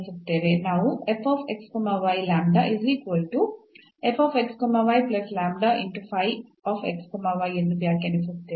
ನಾವು ಎಂದು ವ್ಯಾಖ್ಯಾನಿಸುತ್ತೇವೆ